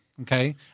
Okay